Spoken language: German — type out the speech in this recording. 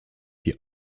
die